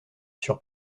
sur